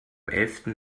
elften